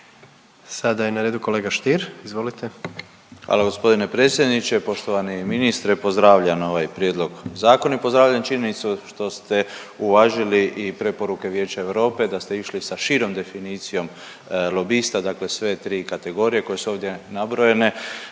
Sada je na redu kolega Stier, izvolite. **Stier, Davor Ivo (HDZ)** Hvala gospodine predsjedniče. Poštovani ministre pozdravljam ovaj prijedlog zakona i pozdravljam činjenicu što ste uvažili i preporuke Vijeća Europe da ste išli sa širom definicijom lobista, dakle sve tri kategorije koje su ovdje nabrojene.